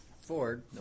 Ford